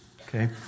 Okay